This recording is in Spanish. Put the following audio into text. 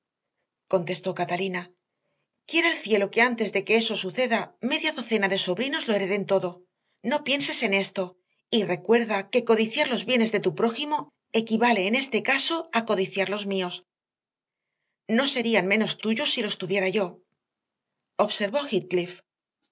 contestó catalina quiera el cielo que antes de que eso suceda media docena de sobrinos lo hereden todo no pienses en esto y recuerda que codiciar los bienes de tu prójimo equivale en este caso a codiciar los míos no serían menos tuyos si los tuviera yo observó